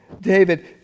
David